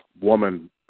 woman